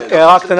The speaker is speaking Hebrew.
רק הערה קטנה.